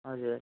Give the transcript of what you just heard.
हजुर